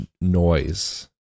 noise